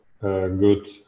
good